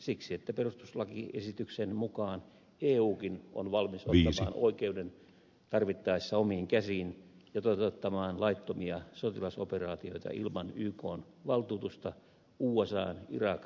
siksi että perustuslakiesityksen mukaan eukin on valmis ottamaan oikeuden tarvittaessa omiin käsiin ja toteuttamaan laittomia sotilasoperaatioita ilman ykn valtuutusta usan irak seikkailun tapaan